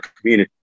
community